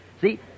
See